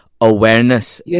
awareness